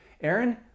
Aaron